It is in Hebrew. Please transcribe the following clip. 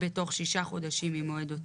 בתוך שישה חודשים ממועד הוצאתה,